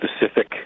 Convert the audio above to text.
specific